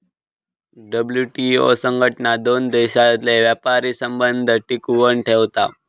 WTO संघटना दोन देशांतले व्यापारी संबंध टिकवन ठेवता